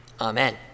Amen